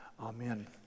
Amen